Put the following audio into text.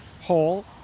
Hole